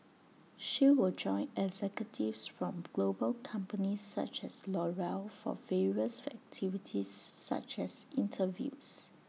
she will join executives from global companies such as L'Oreal for various activities such as interviews